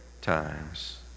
times